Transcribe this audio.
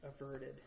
averted